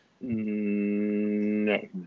no